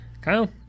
Kyle